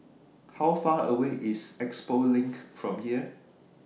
How Far away IS Expo LINK from here